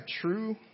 true